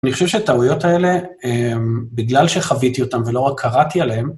אני חושב שטעויות האלה, בגלל שחוויתי אותן ולא רק קראתי עליהן...